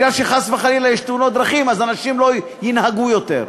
מכיוון שחס וחלילה יש תאונות דרכים אז אנשים לא ינהגו יותר.